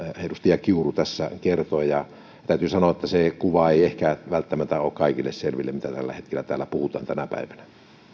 edustaja kiuru tässä kertoi täytyy sanoa että ei ehkä välttämättä ole kaikille selvillä se kuva mitä tällä hetkellä täällä puhutaan tänä päivänä